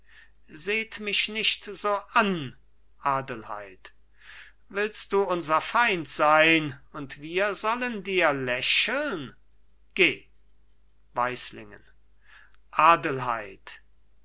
seht mich nicht so an adelheid willst du unser feind sein und wir sollen dir lächeln geh weislingen adelheid